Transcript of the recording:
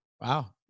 Wow